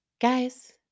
guys